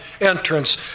entrance